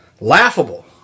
laughable